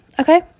Okay